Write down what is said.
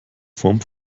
form